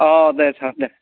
औ दे सार दे